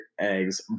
eggs